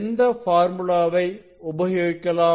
எந்த பார்முலாவை உபயோகிக்கலாம்